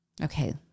Okay